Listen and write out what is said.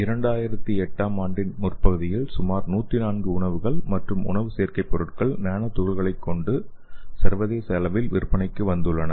2008 ஆம் ஆண்டின் முற்பகுதியில் சுமார் 104 உணவுகள் மற்றும் உணவு சேர்க்கை பொருட்கள் நானோ துகள்களைக் கொண்டு சர்வதேச அளவில் விற்பனைக்கு வந்துள்ளன